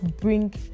bring